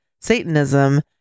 Satanism